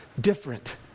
different